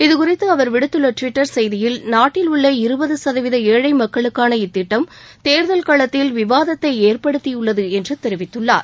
இதுகுறித்து அவர் விடுத்துள்ள டுவிட்டர் செய்தியில் நாட்டில் உள்ள இருபது சதவீத ஏழை மக்களுக்கான இத்திட்டம் தேர்தல் களத்தில் விவாதத்தை ஏற்படுத்தியுள்ளது என்று தெரிவித்துள்ளார்